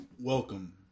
Welcome